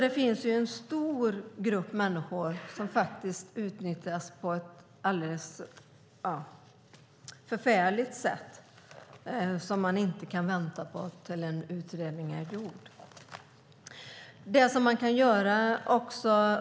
Det finns alltså en stor grupp människor som utnyttjas på ett alldeles förfärligt sätt. Då kan man inte vänta på att en utredning ska bli färdig.